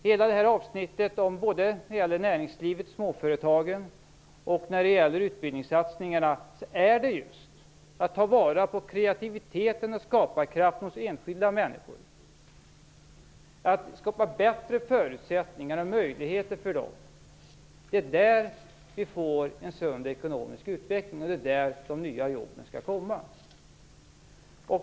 Hela avsnittet, både när det gäller näringslivet, småföretagen, och utbildningssatsningarna handlar just om att ta vara på kreativiteten och skaparkraften hos enskilda människor, att skapa bättre förutsättningar och möjligheter för dem. Det är där vi får en sund ekonomisk utveckling, och det är där de nya jobben skall komma.